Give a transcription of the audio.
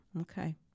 Okay